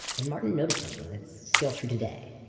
and martin noticed something that's still true today.